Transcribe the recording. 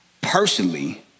personally